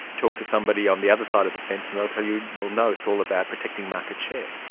talk to somebody on the other side of the fence and they'll tell you, well no, it's all about protecting market share.